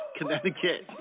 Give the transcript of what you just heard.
Connecticut